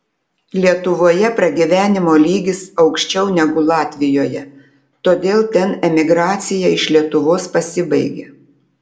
lietuvoje pragyvenimo lygis aukščiau negu latvijoje todėl ten emigracija iš lietuvos pasibaigė